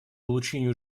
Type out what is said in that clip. улучшению